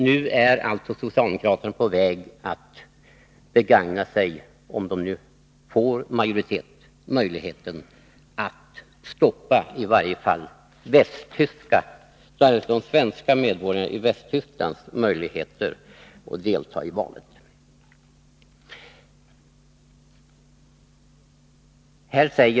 Nu är alltså socialdemokraterna, om de får majoritet vid omröstningen, på väg att begagna sig av möjligheten att stoppa i varje fall svenska medborgares i Västtyskland möjligheter att delta i valet.